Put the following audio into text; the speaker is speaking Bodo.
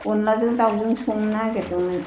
अनलाजों दाउजों संनो नागिरदोंमोन